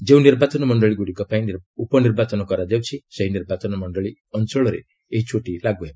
ଯେଉଁ ନିର୍ବାଚନ ମଣ୍ଡଳୀଗୁଡ଼ିକପାଇଁ ଉପନିର୍ବାଚନ ହେଉଛି ସେହି ନିର୍ବାଚନ ମଣ୍ଡଳୀ ଅଞ୍ଚଳରେ ଏହି ଛୁଟି ଲାଗୁ ହେବ